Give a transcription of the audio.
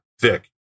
thick